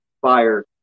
fire